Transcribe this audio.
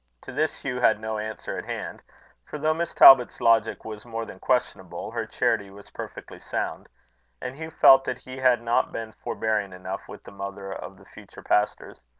to this hugh had no answer at hand for though miss talbot's logic was more than questionable, her charity was perfectly sound and hugh felt that he had not been forbearing enough with the mother of the future pastors.